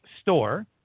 store